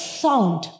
sound